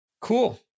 Cool